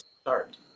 start